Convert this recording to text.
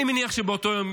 אני מניח שבאותו יום